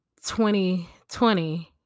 2020